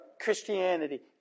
Christianity